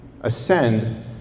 ascend